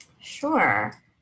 Sure